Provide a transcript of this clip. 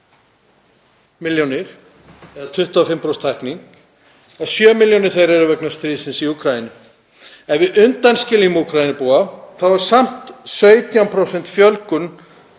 milljónir eða 25% aukning — 7 milljónir þeirra eru vegna stríðsins í Úkraínu. Ef við undanskiljum Úkraínubúa er samt 17% fjölgun